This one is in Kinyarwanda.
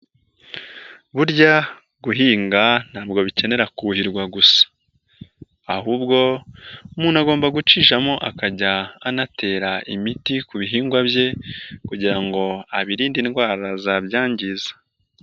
Burya guhinga ntabwo bikenera kuhirwa gusa ahubwo umuntu agomba gucishamo akajya anatera imiti ku bihingwa bye kugira ngo abirinde indwara zabyangiza.